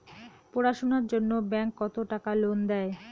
পড়াশুনার জন্যে ব্যাংক কত টাকা লোন দেয়?